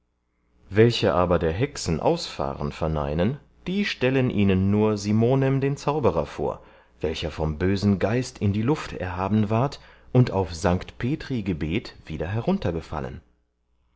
welche aber der hexen ausfahren verneinen die stellen ihnen nur simonem den zauberer vor welcher vom bösen geist in die luft erhaben ward und auf st petri gebet wieder